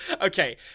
Okay